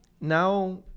now